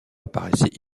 apparaissait